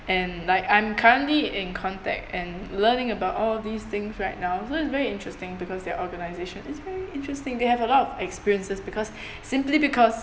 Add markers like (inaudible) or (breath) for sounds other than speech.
and like I'm currently in contact and learning about all these things right now so it's very interesting because their organisation is very interesting they have a lot of experiences because (breath) simply because